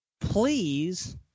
Please